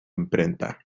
imprenta